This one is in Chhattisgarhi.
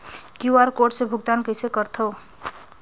क्यू.आर कोड से भुगतान कइसे करथव?